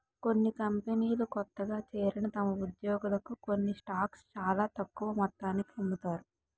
కొన్ని కంపెనీలు కొత్తగా చేరిన తమ ఉద్యోగులకు కొన్ని స్టాక్స్ చాలా తక్కువ మొత్తానికి అమ్ముతారు